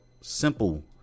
simple